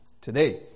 today